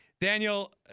Daniel